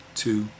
two